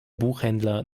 buchhändler